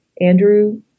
Andrew